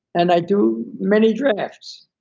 and i do many drafts,